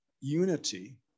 unity